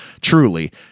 truly